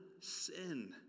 sin